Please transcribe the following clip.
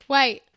Wait